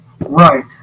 right